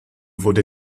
wurde